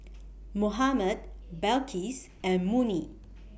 Muhammad Balqis and Murni